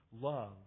Love